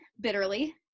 bitterly